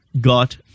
got